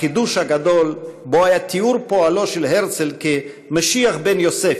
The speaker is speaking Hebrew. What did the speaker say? החידוש הגדול בו היה תיאור פועלו של הרצל כמשיח בן יוסף,